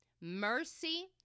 mercy